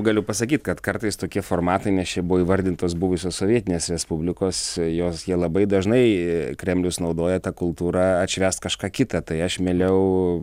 galiu pasakyt kad kartais tokie formatai nes čia buvo įvardintos buvusios sovietinės respublikos jos jie labai dažnai kremlius naudoja ta kultūra atšvęst kažką kita tai aš mieliau